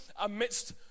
amidst